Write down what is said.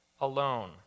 alone